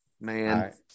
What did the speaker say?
man